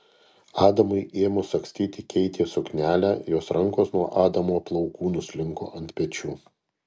adamui ėmus sagstyti keitės suknelę jos rankos nuo adamo plaukų nuslinko ant pečių